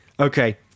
Okay